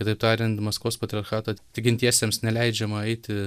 kitaip tariant maskvos patriarchato tikintiesiems neleidžiama eiti